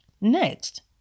Next